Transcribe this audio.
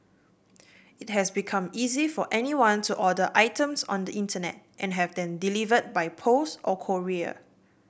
it has become easy for anyone to order items on the Internet and have them delivered by post or courier